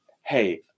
hey